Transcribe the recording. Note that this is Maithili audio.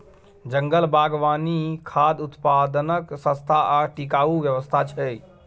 जंगल बागवानी खाद्य उत्पादनक सस्ता आ टिकाऊ व्यवस्था छै